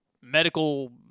medical